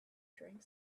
drank